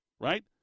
Right